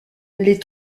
les